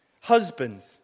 Husbands